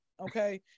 Okay